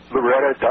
Loretta